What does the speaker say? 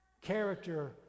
Character